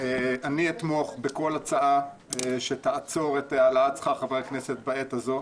אני אתמוך בכל הצעה שתעצור את העלאת שכר חברי הכנסת בעת הזו,